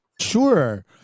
sure